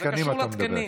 על מכון התקנים אתה מדבר,